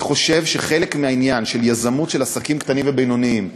אני חושב שחלק מהעניין של יזמות של עסקים קטנים ובינוניים,